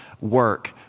work